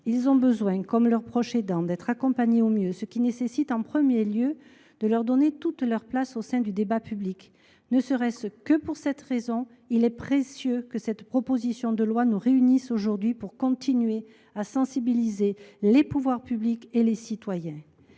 ont besoin, comme leurs proches aidants, d’être accompagnés au mieux, ce qui nécessite en premier lieu de leur donner toute leur place au sein du débat public. Ne serait ce que pour cette raison, il est précieux que la présente proposition de loi nous réunisse aujourd’hui pour continuer à sensibiliser les pouvoirs publics et les citoyens.